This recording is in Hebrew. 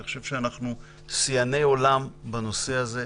אני חושב שאנחנו שיאני עולם בנושא הזה.